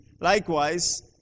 Likewise